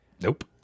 Nope